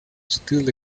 still